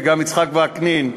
וגם יצחק וקנין.